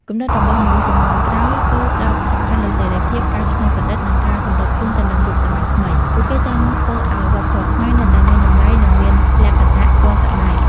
គំនិតរបស់មនុស្សជំនាន់ក្រោយគឺផ្តោតសំខាន់លើសេរីភាព ការច្នៃប្រឌិត និងការសម្របខ្លួនទៅនឹងយុគសម័យថ្មី។ ពួកគេចង់ធ្វើឲ្យវប្បធម៌ខ្មែរនៅតែមានតម្លៃនិងមានលក្ខណៈទាន់សម័យ។